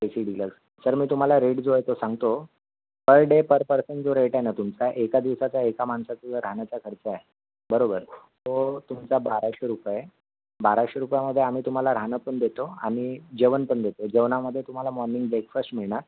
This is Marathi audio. ए सी डिलक्स सर मी तुम्हाला रेट जो आहे तो सांगतो पर डे पर पर्सन जो रेट आहे ना तुमचा एका दिवसाचा एका माणसाचा राहण्याचा खर्च आहे बरोबर तो तुमचा बाराशे रुपये बाराशे रुपयामध्ये आम्ही तुम्हाला राहणं पण देतो आणि जेवण पण देतो जेवणामध्ये तुम्हाला मॉर्निंग ब्रेकफास्ट मिळणार